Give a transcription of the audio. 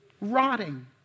Rotting